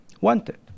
wanted